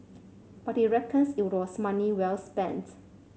but he reckons it was money well spent